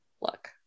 look